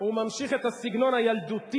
הוא ממשיך את הסגנון הילדותי,